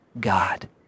God